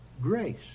grace